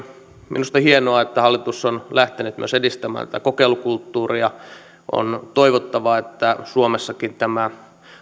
minusta hienoa että hallitus on lähtenyt myös edistämään tätä kokeilukulttuuria on toivottavaa että suomessakin tämä